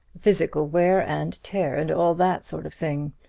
physical wear and tear, and all that sort of thing.